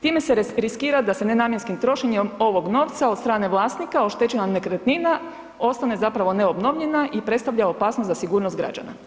Time se riskira da se nenamjenskim trošenjem ovog novca od strane vlasnika oštećena nekretnina ostane zapravo neobnovljena i predstavlja opasnost za sigurnost građana.